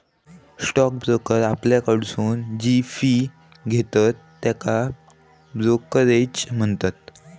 stock broker आपल्याकडसून जी fee घेतत त्येका ब्रोकरेज म्हणतत